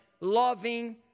Loving